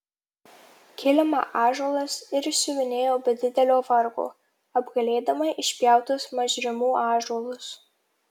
kilimą ąžuolas ir išsiuvinėjo be didelio vargo apgailėdama išpjautus mažrimų ąžuolus